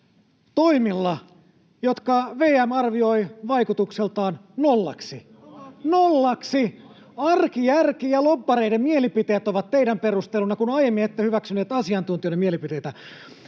toimilla, jotka VM arvioi vaikutuksiltaan nollaksi. Nollaksi! Arkijärki ja lobbareiden mielipiteet ovat teidän perustelunanne, kun aiemmin ette hyväksyneet asiantuntijoiden mielipiteitä.